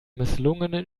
misslungenen